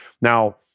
Now